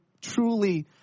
truly